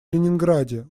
ленинграде